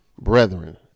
Brethren